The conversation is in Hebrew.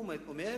הוא אומר